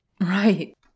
Right